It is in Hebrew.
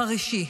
חרישי,